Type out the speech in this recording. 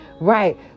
Right